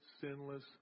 sinless